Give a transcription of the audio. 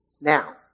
Now